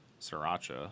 sriracha